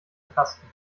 tasten